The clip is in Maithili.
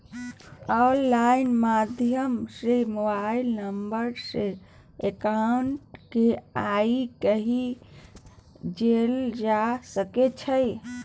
आनलाइन माध्यम सँ मोबाइल नंबर सँ अकाउंट केँ आइ काल्हि जोरल जा सकै छै